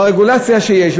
ברגולציה שיש,